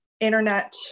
internet